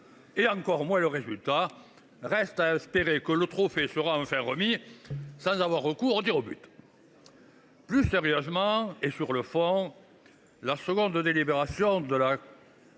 et encore moins le résultat. Reste à espérer que le trophée sera remis sans avoir recours aux tirs au but ! Plus sérieusement, sur le fond, la seconde délibération